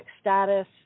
status